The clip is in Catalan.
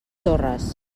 torres